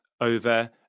over